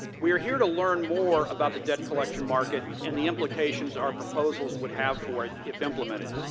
we are here to learn more about the debt collection market and the implications our proposals would have for it, if implemented.